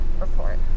report